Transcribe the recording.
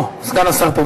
אוה, סגן השר פה.